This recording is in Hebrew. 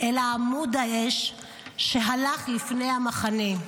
אלא עמוד האש שהלך לפני המחנה.